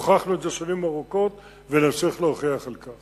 הוכחנו את זה שנים ארוכות, ונמשיך להוכיח את זה.